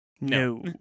No